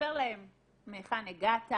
ספר להם מהיכן הגעת,